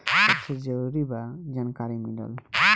सबसे जरूरी बा जानकारी मिलल